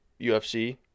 UFC